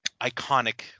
iconic